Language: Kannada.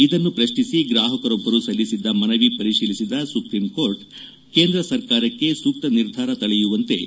ಇದನ್ನು ಪ್ರಶ್ನಿಸಿ ಗ್ರಾಹಕರೊಬ್ಬರು ಸಲ್ಲಿಸಿದ್ದ ಮನವಿ ಪರಿಶೀಲಿಸಿದ ಸುಪ್ರೀಂ ಕೋರ್ಟ್ ಕೇಂದ್ರ ಸರ್ಕಾರಕ್ಕೆ ಸೂಕ್ತ ನಿರ್ಧಾರ ತಳೆಯುವಂತೆ ಸೂಚನೆ ನೀಡಿತ್ತು